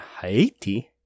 Haiti